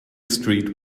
street